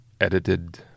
edited